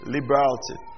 Liberality